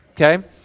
Okay